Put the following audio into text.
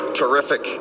terrific